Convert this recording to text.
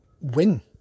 win